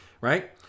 right